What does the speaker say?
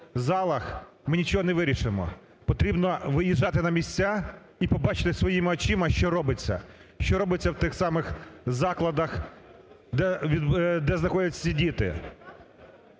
ми нічого не вирішимо, потрібно виїжджати на місця і побачити своїми очима, що робиться, що робиться в тих самих закладах, де знаходяться ці діти.